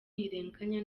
ntirenganya